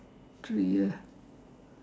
three years